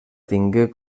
tingué